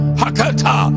hakata